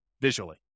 visually